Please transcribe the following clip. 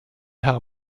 herr